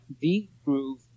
v-groove